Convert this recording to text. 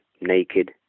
naked